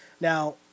Now